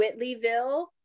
Whitleyville